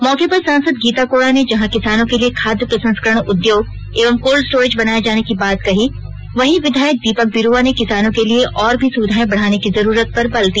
मौके पर सांसद गीता कोड़ा ने जहां किसानों के लिए खाद्य प्रसंस्करण उद्योग एवं कोल्ड स्टोरेज बनाये जाने की बात कही वहीं विधायक दीपक बिरुवा ने किसानों के लिए और भी सुविधाएं बढ़ाने की जरूरत पर बल दिया